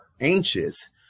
anxious